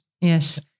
yes